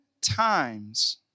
times